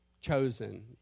chosen